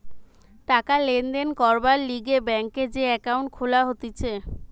টাকা লেনদেন করবার লিগে ব্যাংকে যে একাউন্ট খুলা হতিছে